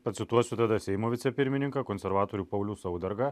pacituosiu tada seimo vicepirmininką konservatorių paulių saudargą